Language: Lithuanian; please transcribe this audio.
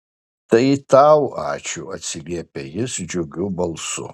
tai tau ačiū atsiliepia jis džiugiu balsu